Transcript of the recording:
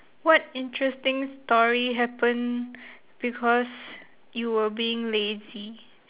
what interesting story happen because you were being lazy